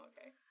okay